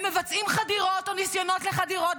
הם מבצעים חדירות או ניסיונות לחדירות,